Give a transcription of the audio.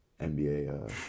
NBA